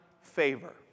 favor